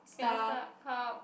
ya Starhub